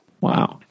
Wow